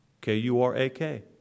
K-U-R-A-K